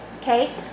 okay